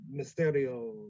Mysterio